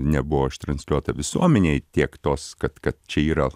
nebuvo ištransliuota visuomenei tiek tos kad kad čia yra